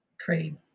trade